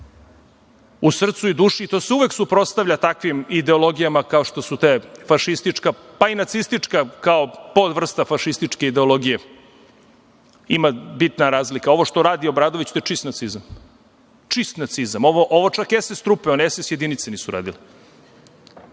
u srcu i duši i to se uvek suprotstavlja takvim ideologijama kao što su ta fašistička, pa i nacistička kao podvrsta fašističke ideologije. Bitna je razlika. Ovo što radi Obradović, to je čist nacizam. Ovo čak SS-trupe, one SS jedince nisu radile. Prema